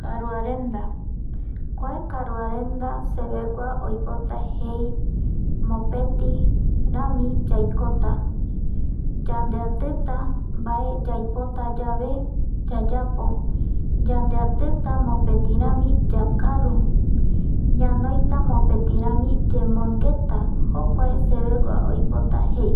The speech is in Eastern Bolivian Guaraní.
Karuarenda, kua karuarenda sevegua oipota jei mopeti rami yaikota yandeatita vae yaipota yave yayapo yandeatita mopeti rami yakaru ñanoita mopeti rami yemongueta jokua sevegua oipota jei